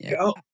go